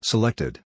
Selected